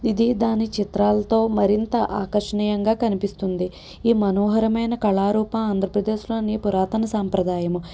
ఇది దాని చిత్రాలతో మరింత ఆకర్షణీయంగా కనిపిస్తుంది ఈ మనోహరమైన కళారూప ఆంధ్రప్రదేశ్లోని పురాతన సాంప్రదాయము